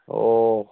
ꯑꯣ